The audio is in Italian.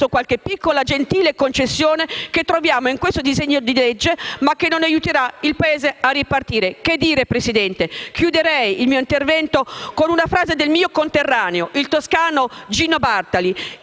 qualche piccola concessione che troviamo in questo disegno di legge ma che non aiuterà il Paese a ripartire. Che dire! Chiuderei il mio intervento con una frase di un mio conterraneo il toscano Gino Bartali